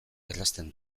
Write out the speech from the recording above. errazten